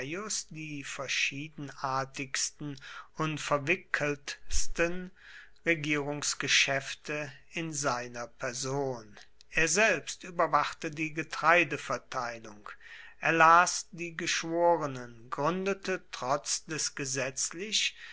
die verschiedenartigsten und verwickeltsten regierungsgeschäfte in seiner person er selbst überwachte die getreideverteilung erlas die geschworenen gründete trotz des gesetzlich